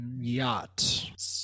yacht